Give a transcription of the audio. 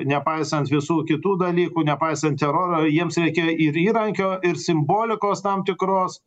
nepaisant visų kitų dalykų nepaisant teroro jiems reikėjo ir įrankio ir simbolikos tam tikros